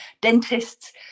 dentists